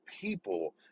people